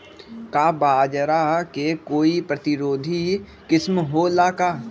का बाजरा के कोई प्रतिरोधी किस्म हो ला का?